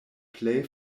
plej